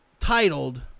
Titled